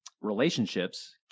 relationships